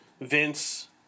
Vince